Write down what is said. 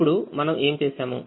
ఇప్పుడుమనము ఏమి చేసాము